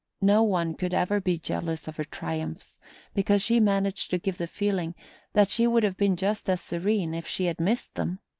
no one could ever be jealous of her triumphs because she managed to give the feeling that she would have been just as serene if she had missed them.